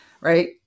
right